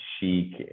chic